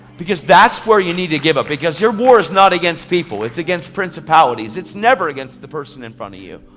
because that's where you need to give it. your war is not against people, it's against principalities. it's never against the person in front of you.